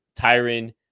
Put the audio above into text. Tyron